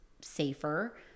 safer